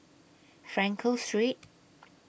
Frankel Street